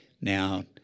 Now